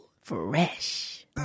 Fresh